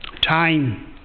Time